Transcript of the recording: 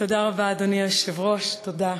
אדוני היושב-ראש, תודה רבה,